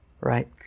right